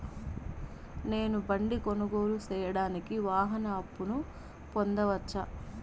నేను బండి కొనుగోలు సేయడానికి వాహన అప్పును పొందవచ్చా?